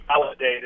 validated